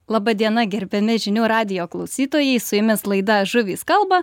laba diena gerbiami žinių radijo klausytojai su jumis laida žuvys kalba